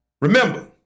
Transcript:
remember